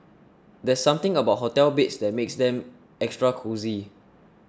there's something about hotel beds that makes them extra cosy